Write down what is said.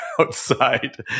outside